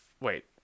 Wait